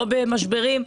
לא במשברים,